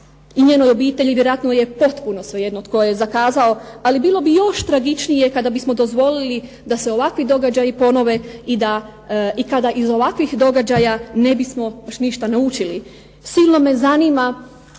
i njenoj obitelji vjerojatno je potpuno svejedno tko je zakazao, ali bilo bi još tragičnije kada bismo dozvolili da se ovakvi događaji ponove i kada iz ovakvih događaja ne bismo baš ništa naučili. Silno me zanima,